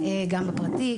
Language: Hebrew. גם בפרטי,